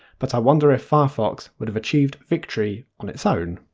but i wonder if firefox would have achieved victory on its own?